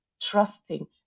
trusting